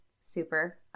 super